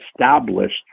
established